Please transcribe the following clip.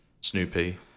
Snoopy